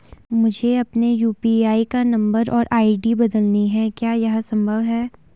मुझे अपने यु.पी.आई का नम्बर और आई.डी बदलनी है क्या यह संभव है?